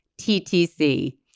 TTC